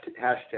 hashtag